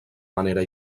manera